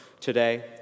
today